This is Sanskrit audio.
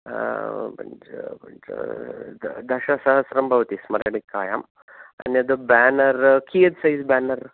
आ पञ्च पञ्च दश सहस्रं भवति स्मरणिकायाम् अन्यत् बेनर् कियत् सैज् बेनर्